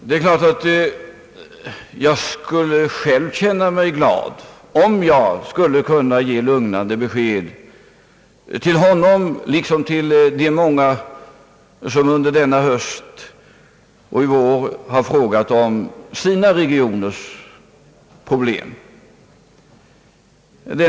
Det är klart att jag skulle själv känna mig glad, om jag kunde ge lugnande besked till honom och till de många andra som under denna höst och även i våras frågat om sina regioners problem.